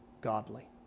godly